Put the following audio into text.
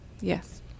Yes